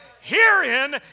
Herein